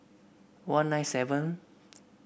one nine seven